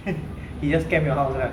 he just camp your house lah